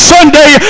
Sunday